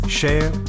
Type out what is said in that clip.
share